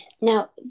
Now